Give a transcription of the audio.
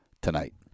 tonight